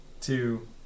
two